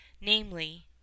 namely